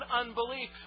unbelief